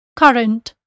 current